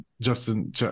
justin